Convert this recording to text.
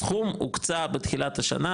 הסכום הוקצה בתחילת השנה,